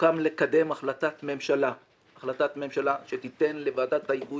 סוכם לקדם החלטת ממשלה שתיתן לוועדת ההיגוי